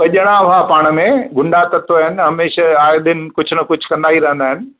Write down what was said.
ॿ ॼणा हुआ पाण में गुंडा तत्व आहिनि हमेशह आहे दिन कुझु न कुझु कंदा ई रहंदा आहिनि